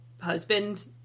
husband